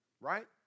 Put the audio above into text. right